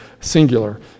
singular